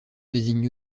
désigne